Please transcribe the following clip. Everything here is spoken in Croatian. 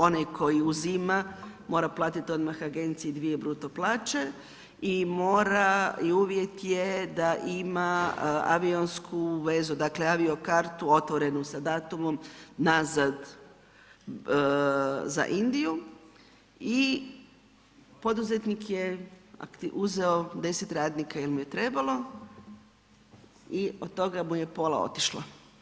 Onaj koji uzima, mora platiti odmah agenciji dvije bruto plaće i mora, uvjet je da ima avionsku vezu, dakle avio kartu otvorenu sa datumom nazad za Indiju i poduzetnik je uzeo 10 radnika jer mu je trebalo i od toga mu je pola otišlo.